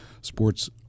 sports